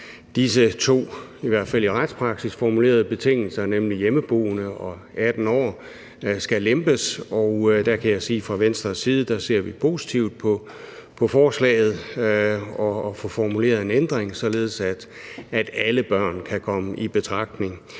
formulerede betingelser, nemlig hjemmeboende og 18 år, skal lempes. Og der kan jeg sige fra Venstres side, at vi ser positivt på forslaget om at få formuleret en ændring, således at alle børn kan komme i betragtning.